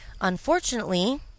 Unfortunately